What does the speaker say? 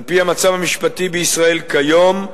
על-פי המצב המשפטי בישראל כיום,